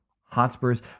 Hotspurs